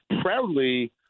proudly